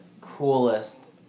coolest